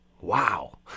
Wow